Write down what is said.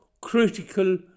critical